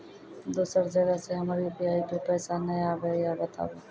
दोसर जगह से हमर यु.पी.आई पे पैसा नैय आबे या बताबू?